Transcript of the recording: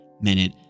minute